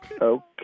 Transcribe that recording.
Okay